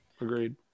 agreed